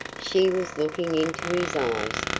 she was looking into his eyes,